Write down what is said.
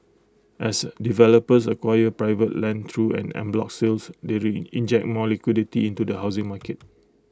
as developers acquire private land through en bloc sales they re inject more liquidity into the housing market